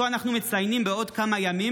שאותו אנחנו מציינים בעוד כמה ימים,